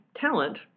talent